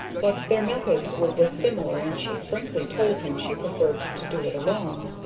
but their methods were dissimilar and she frankly told him she preferred to do it alone.